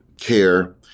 care